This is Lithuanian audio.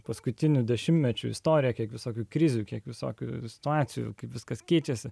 paskutinių dešimtmečių istoriją kiek visokių krizių kiek visokių situacijų kai viskas keitėsi